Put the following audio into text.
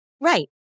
Right